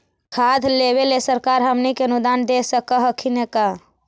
खाद लेबे सरकार हमनी के अनुदान दे सकखिन हे का?